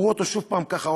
והוא רואה אותו שוב פעם ככה,